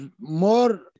more